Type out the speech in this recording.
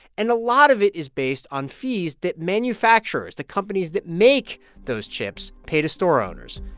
and a lot of it is based on fees that manufacturers, the companies that make those chips, pay to store owners.